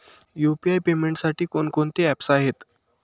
UPI पेमेंटसाठी कोणकोणती apps आहेत?